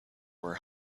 were